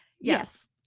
Yes